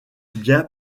bien